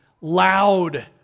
loud